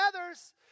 others